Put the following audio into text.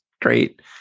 great